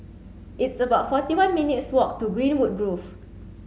it's about forty one minutes' walk to Greenwood Grove